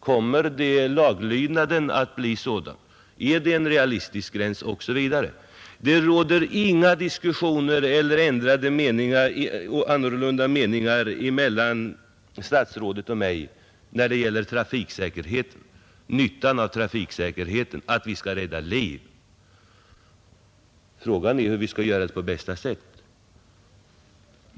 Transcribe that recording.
Kommer laglydnaden att bli fullständig? Är det en realistisk gräns, herr statsråd? Det råder inga delade meningar emellan statsrådet och mig om nyttan av trafiksäkerheten och att vi skall rädda liv. Frågan är hur vi skall göra det på bästa sätt.